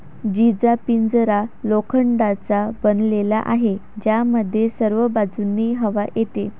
जीचा पिंजरा लोखंडाचा बनलेला आहे, ज्यामध्ये सर्व बाजूंनी हवा येते